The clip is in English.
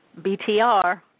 BTR